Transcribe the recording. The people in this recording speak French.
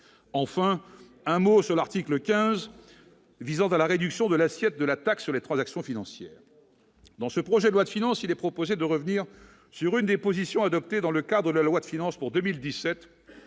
enfin un mot sur l'article 15 visant à la réduction de l'assiette de la taxe sur les transactions financières dans ce projet de loi de finances, il est proposé de revenir sur une des positions adoptées dans le cadre de la loi de finances pour 2017